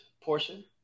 portion